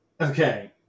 Okay